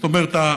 זאת אומרת,